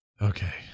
Okay